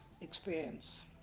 experience